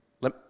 Let